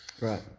Right